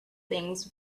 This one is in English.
things